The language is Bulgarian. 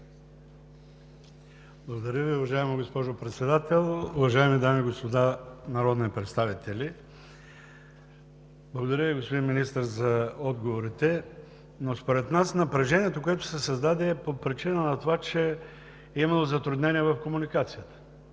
Благодаря Ви, уважаема госпожо Председател. Уважаеми дами и господа народни представители! Благодаря Ви, господин Министър, за отговорите, но според нас напрежението, което се създаде, е по причина на това, че е имало затруднения в комуникацията.